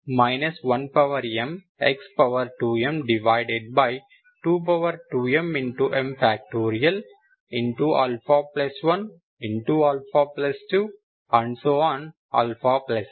m మీ దగ్గర ఉన్నది ఇదే